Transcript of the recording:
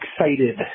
excited